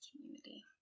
community